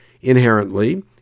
inherently